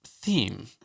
theme